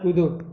ludo